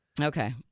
Okay